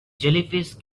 jellyfish